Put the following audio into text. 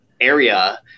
area